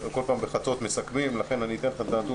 כל פעם בחצות מסכמים ולכן זה הנתון,